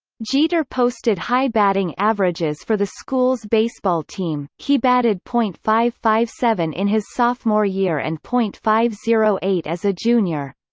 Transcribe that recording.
jeter posted high batting averages for the school's baseball team he batted point five five seven in his sophomore year and point five zero eight as a junior.